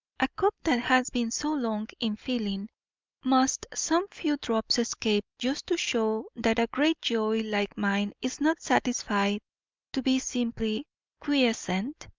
a cup that has been so long in filling must some few drops escape just to show that a great joy like mine is not satisfied to be simply quiescent?